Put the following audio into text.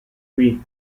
qui